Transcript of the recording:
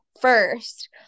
first